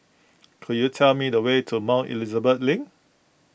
could you tell me the way to Mount Elizabeth Link